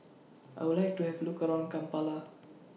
I Would like to Have Look around Kampala